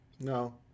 No